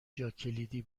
جاکلیدی